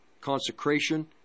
consecration